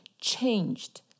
changed